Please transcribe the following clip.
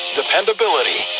dependability